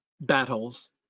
battles